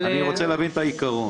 אני רוצה להבין את העיקרון.